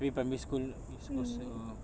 during primary school we're supposed to